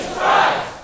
Christ